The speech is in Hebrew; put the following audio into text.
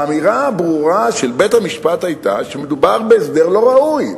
האמירה הברורה של בית-המשפט היתה שמדובר בהסדר לא ראוי.